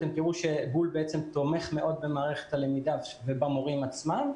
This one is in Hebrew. אתם תראו שגול תומך מאוד במערכת הלמידה ובמורים עצמם.